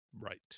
Right